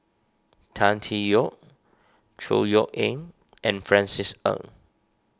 Tan Tee Yoke Chor Yeok Eng and Francis Ng